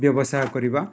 ବ୍ୟବସାୟ କରିବା